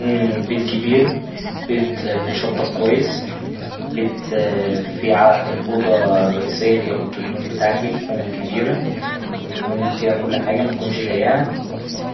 يكون بيت كبير بيت متشطب كويس بيت في الأوضة الرئيسية اللي هي أوضة النوم بتاعتي تكون كبيرة وتكون فيها كل حاجة متكونش ضيقة